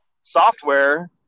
software